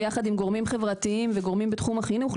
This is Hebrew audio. ויחד עם גורמים חברתיים וגורמים בתחום החינוך,